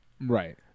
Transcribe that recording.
right